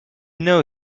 know